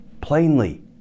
plainly